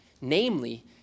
Namely